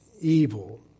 evil